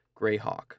Greyhawk